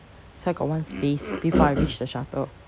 so I got one space before I reach the shutter